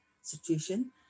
situation